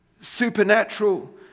supernatural